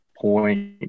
point